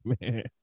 man